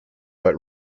but